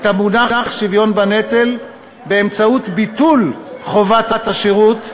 המונח שוויון בנטל באמצעות ביטול חובת השירות,